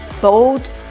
bold